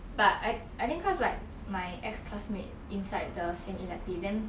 but I I think cause like my ex classmate inside the same elective then